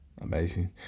Amazing